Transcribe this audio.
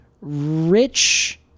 Rich